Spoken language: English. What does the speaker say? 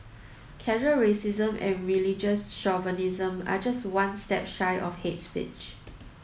casual racism and religious chauvinism are just one step shy of hate speech